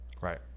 Right